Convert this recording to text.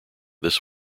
this